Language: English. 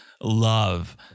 love